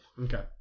Okay